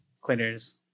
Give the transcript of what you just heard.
Quitters